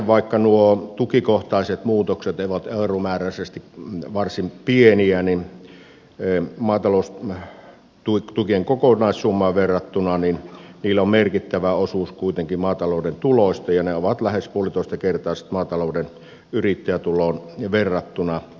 vaikka nuo tukikohtaiset muutokset sinänsä ovat euromääräisesti varsin pieniä maataloustukien kokonaissummaan verrattuna niin niillä on kuitenkin merkittävä osuus maatalouden tuloista ja ne ovat lähes puolitoistakertaiset maatalouden yrittäjätuloon verrattuna